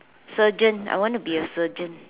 surgeon I want to be a surgeon